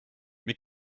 mais